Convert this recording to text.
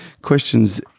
questions